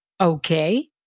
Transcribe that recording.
okay